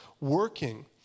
Working